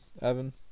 Evan